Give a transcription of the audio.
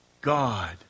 God